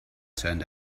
turned